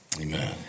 Amen